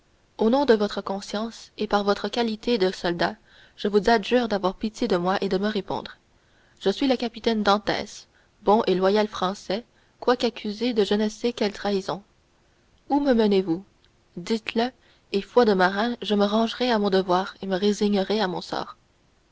au nom de votre conscience et de par votre qualité de soldat je vous adjure d'avoir pitié de moi et de me répondre je suis le capitaine dantès bon et loyal français quoique accusé de je ne sais quelle trahison où me menez-vous dites-le et foi de marin je me rangerai à mon devoir et me résignerai à mon sort